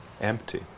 empty